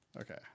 Okay